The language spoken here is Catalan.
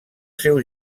seu